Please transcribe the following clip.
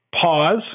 pause